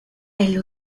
elle